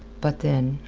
but then,